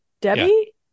Debbie